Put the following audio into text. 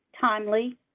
timely